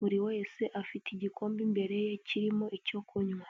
buri wese afite igikombe imbere ye kirimo icyo kunywa.